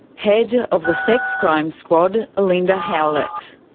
head of the sex crimes squad linda howlett.